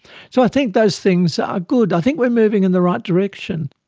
so i think those things are good, i think we are moving in the right direction.